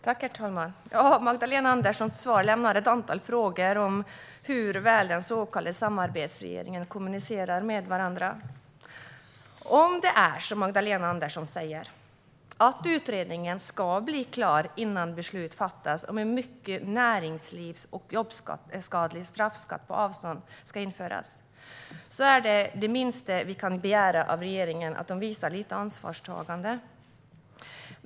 Herr talman! Magdalena Anderssons svar lämnar ett antal frågor om hur väl statsråden i den så kallade samarbetsregeringen kommunicerar med varandra. Om det är som Magdalena Andersson säger, att utredningen ska bli klar innan beslut fattas om huruvida en mycket näringslivs och jobbskadlig straffskatt på avstånd ska införas, är det minsta vi kan begära av regeringen att den visar lite ansvarstagande.